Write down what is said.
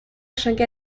chaque